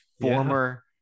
Former